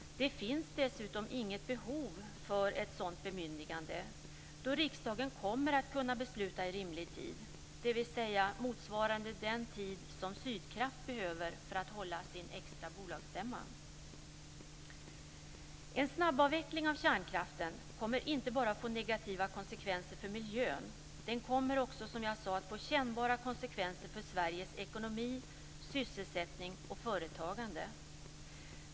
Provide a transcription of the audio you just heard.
Det finns dessutom inget behov för ett sådant bemyndigande då riksdagen kommer att kunna besluta i rimlig tid, dvs. motsvarande den tid som Sydkraft behöver för att hålla sin extra bolagsstämma. En snabbavveckling av kärnkraften kommer inte bara att få negativa konsekvenser för miljön. Den kommer också att få kännbara konsekvenser för Sveriges ekonomi, sysselsättning och företagande.